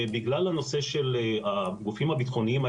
בגלל הנושא של הגופים הביטחוניים,